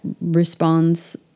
responds